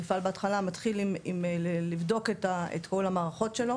המפעל בהתחלה מתחיל עם לבדוק את כל המערכות שלו.